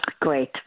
Great